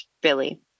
Billy